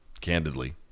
candidly